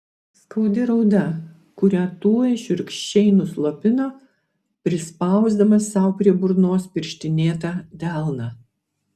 skaudi rauda kurią tuoj šiurkščiai nuslopino prispausdamas sau prie burnos pirštinėtą delną